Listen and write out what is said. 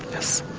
yes,